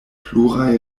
pluraj